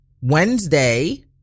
Wednesday